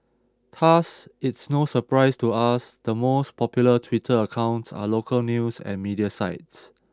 thus it's no surprise to us the most popular Twitter accounts are local news and media sites